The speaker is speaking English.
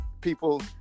people